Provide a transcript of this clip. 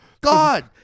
God